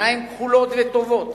עיניים כחולות וטובות